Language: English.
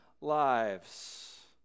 lives